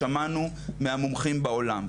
שמענו מהמומחים בעולם,